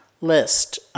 list